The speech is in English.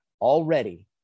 already